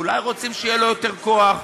אולי רוצים שיהיה לו יותר כוח?